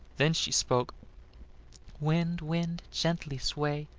then she spoke wind, wind, gently sway,